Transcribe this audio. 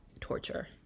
torture